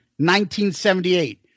1978